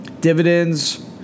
dividends